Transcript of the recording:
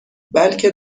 بلکه